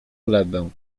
glebę